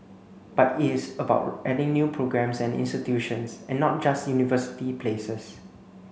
but it is about adding new programmes and institutions and not just university places